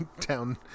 town